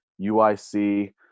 UIC